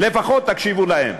לפחות תקשיבו להם,